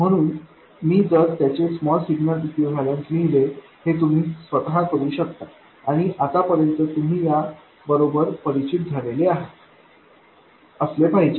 म्हणून मी जर त्याचे स्मॉल सिग्नल इक्विवलन्ट लिहिले हे तुम्ही स्वतः करू शकता आणि आतापर्यंत तुम्ही याबरोबर परिचित असले पाहिजे